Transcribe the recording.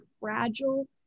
fragile